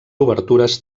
obertures